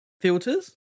filters